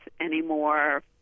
anymore